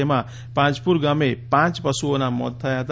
જેમાં પાજપુર ગામે પાંચ પશુઓના મોત થયા હતા